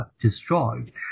destroyed